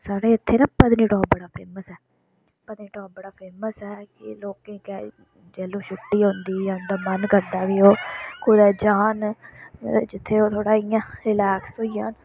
साढ़ै इत्थै न पत्नीटॉप बड़ा फेमस ऐ पत्नीटॉप बड़ा फेमस कि लोकें ई जेल्लू छुट्टी होंदी ते मन करदा कि ओह् कुदै जान जित्थें ओह् थोह्ड़ा इयां रिलैक्स होई जान